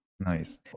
Nice